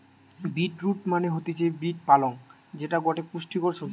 beet root মানে হতিছে beet পালং যেটা গটে পুষ্টিকর সবজি